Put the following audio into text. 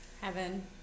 heaven